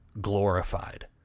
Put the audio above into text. glorified